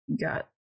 got